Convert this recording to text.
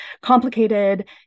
complicated